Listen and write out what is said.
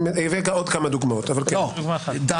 תסתכל.